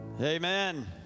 Amen